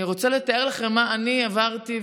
אני רוצה לתאר לכם מה אני עברתי,